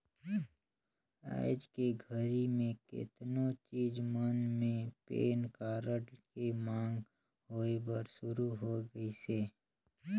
आयज के घरी मे केतनो चीच मन मे पेन कारड के मांग होय बर सुरू हो गइसे